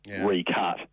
recut